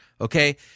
Okay